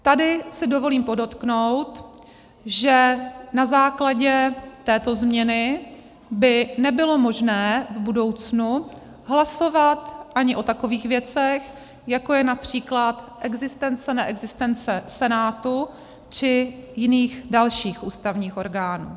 Tady si dovolím podotknout, že na základě této změny by nebylo možné v budoucnu hlasovat ani o takových věcech, jako je například existence, neexistence Senátu či jiných dalších ústavních orgánů.